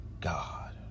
God